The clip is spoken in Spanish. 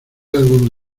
algún